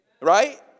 Right